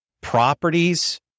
properties